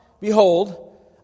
behold